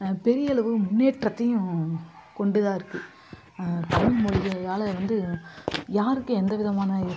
பெரிய அளவு முன்னேற்றத்தையும் கொண்டு தான் இருக்குது தமிழ் மொழிகளால வந்து யாருக்கும் எந்த விதமான